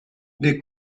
they